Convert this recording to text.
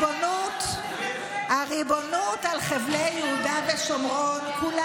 דאגה עמוקה לזה שראש הממשלה לא מוזמן, זה בא